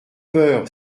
peur